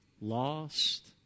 lost